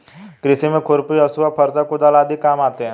कृषि में खुरपी, हँसुआ, फरसा, कुदाल आदि काम आते है